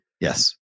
Yes